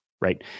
right